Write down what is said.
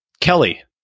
Kelly